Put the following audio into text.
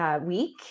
week